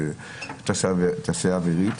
תעשייה אווירית,